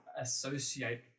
associate